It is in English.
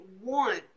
one